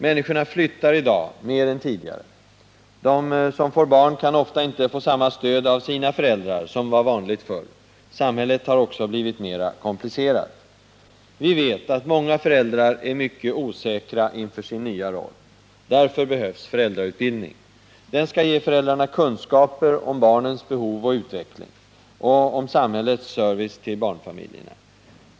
Människorna flyttar i dag mer än tidigare. De som får barn kan ofta inte få samma stöd av sina föräldrar som var vanligt förr. Samhället har också blivit mera komplicerat. Vi vet att många föräldrar är mycket osäkra inför sin nya roll. Därför behövs föräldrautbildningen. Den skall ge föräldrar kunskap om barnens behov och utveckling och om samhällets service till barnfamiljerna.